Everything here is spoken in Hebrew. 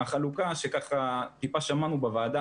החלוקה שטיפה שמענו בוועדה,